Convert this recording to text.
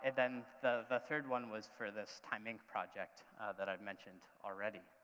then the the third one was for this time inc. project that i've mentioned already.